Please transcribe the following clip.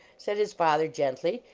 said his father, gently,